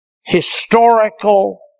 historical